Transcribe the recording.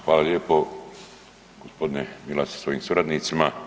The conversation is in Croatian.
Hvala lijepo gospodine Milas sa svojim suradnicima.